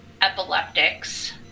Epileptics